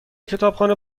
کتابخانه